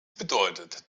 bedeutet